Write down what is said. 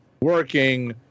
working